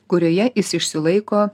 kurioje jis išsilaiko